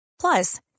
Plus